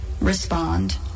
respond